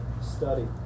study